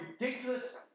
ridiculous